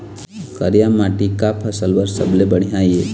करिया माटी का फसल बर सबले बढ़िया ये?